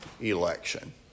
election